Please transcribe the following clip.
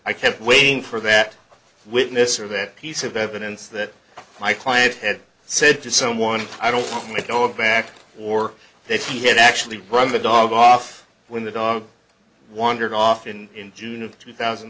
i kept waiting for that witness or that piece of evidence that my client had said to someone i don't know a back or that he had actually run the dog off when the dog wandered off in june of two thousand